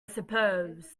suppose